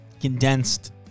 condensed